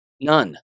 None